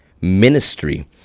ministry